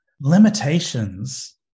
Limitations